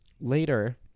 later